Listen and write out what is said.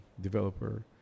developer